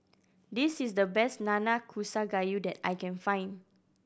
this is the best Nanakusa Gayu that I can find